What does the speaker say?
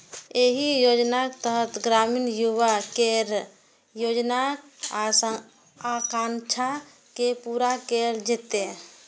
एहि योजनाक तहत ग्रामीण युवा केर रोजगारक आकांक्षा के पूरा कैल जेतै